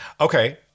Okay